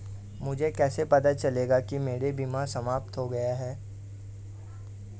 मुझे कैसे पता चलेगा कि मेरा बीमा समाप्त हो गया है?